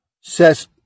says